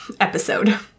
episode